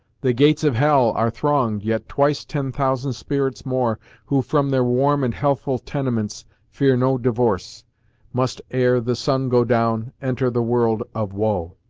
the gates of hell are thronged, yet twice ten thousand spirits more who from their warm and healthful tenements fear no divorce must, ere the sun go down, enter the world of woe!